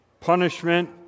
punishment